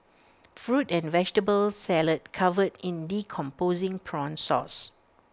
fruit and vegetable salad covered in decomposing prawn sauce